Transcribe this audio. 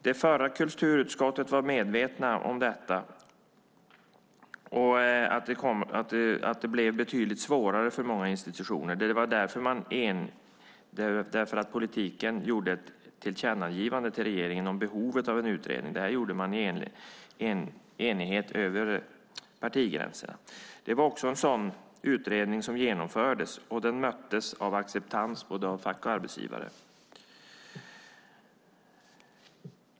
Det förra kulturutskottet var medvetet om att det blivit betydligt svårare för många institutioner. Det var därför riksdagen gjorde ett tillkännagivande till regeringen om behovet av en utredning. Det gjorde man i enighet över partigränserna. Det var också en sådan utredning som genomfördes, och den möttes av acceptans av både fack och arbetsgivare.